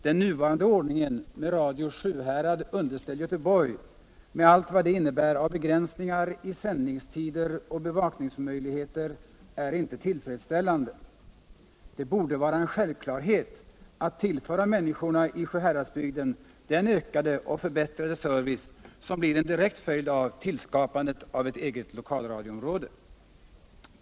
Den nuvarande ordningen med Radio Sjuhärad underställd Göteborg, med allt vad det innebär av begränsningar i sändningstider och bevakningsmöjligheter, är inte tuillfredsställande. Det borde vara en självklarhet att tillföra människorna i Sjuhäradsbygden den ökade och förbävtrade service som blir en direkt följd av tillskapandet av ett eget lokalradioområde.